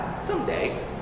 Someday